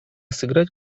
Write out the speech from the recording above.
сыграть